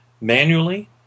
manually